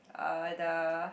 uh the